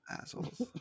assholes